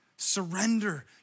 surrender